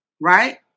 right